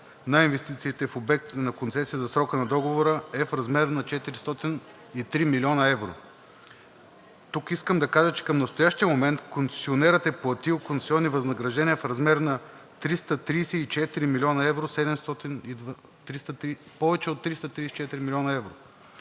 на инвестициите в обекта на концесията за срока на договора е в размер на 403 млн. евро. Тук искам да кажа, че към настоящия момент концесионерът е платил концесионни възнаграждения в размер на повече от 334 млн. евро,